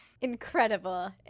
Incredible